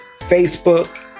Facebook